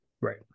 right